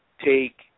take